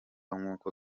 nkuko